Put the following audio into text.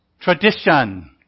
tradition